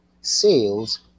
Sales